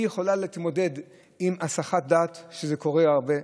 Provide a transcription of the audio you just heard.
היא יכולה להתמודד עם הסחת דעת, וזה קורה הרבה,